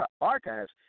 archives